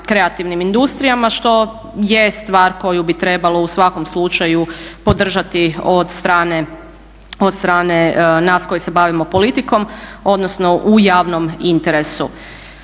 kreativnim industrijama što je stvar koju bi trebalo u svakom slučaju podržati od strane nas koji se bavimo politikom odnosno u javnom interesu.